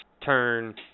turn